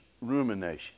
rumination